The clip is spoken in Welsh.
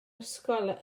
ysgol